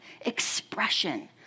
expression